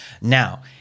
now